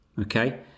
okay